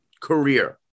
career